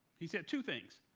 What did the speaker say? he said two things.